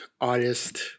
artist